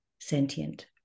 sentient